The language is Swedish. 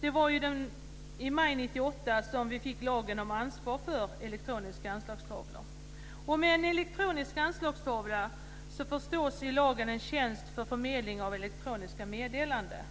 Det var i maj 1998 som vi fick lagen om ansvar för elektroniska anslagstavlor. Med en elektronisk anslagstavla förstås i lagen en tjänst för förmedling av elektroniska meddelanden.